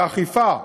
זה אכיפה.